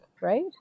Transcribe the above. right